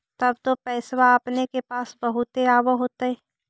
तब तो पैसबा अपने के पास बहुते आब होतय?